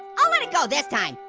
i'll let it go this time,